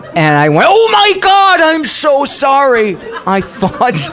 and i went, oh my god! i'm so sorry! i thought,